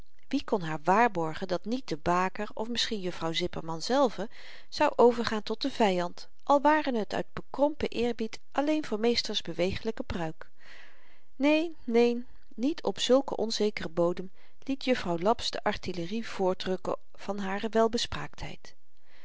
wie kon haar waarborgen dat niet de baker of misschien juffrouw zipperman zelve zou overgaan tot den vyand al ware het uit bekrompen eerbied alleen voor meester's bewegelyke pruik neen neen niet op zulken onzekeren bodem liet juffrouw laps de artillerie voortrukken van hare welbespraaktheid